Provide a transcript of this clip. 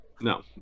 No